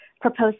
proposed